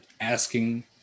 asking